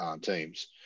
teams